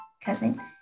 cousin